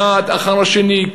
אחד אחרי השני,